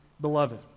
Beloved